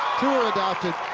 two are adopted.